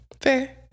Fair